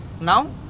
Now